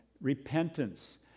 repentance